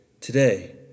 today